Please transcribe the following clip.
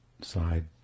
side